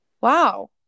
wow